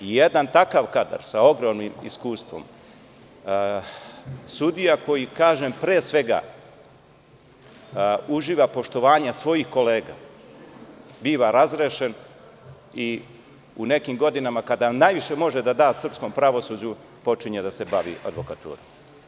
Jedan takav kadar sa ogromnim iskustvom, sudija koji, kažem pre svega, uživa poštovanje svojih kolega, biva razrešen i u nekim godinama kada najviše može da da srpskom pravosuđu počinje da se bavi advokaturom.